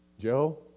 Joe